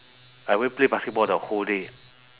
I went play basketball the whole day